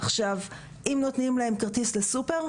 עכשיו, אם נותנים להם כרטיס לסופר,